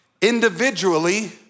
individually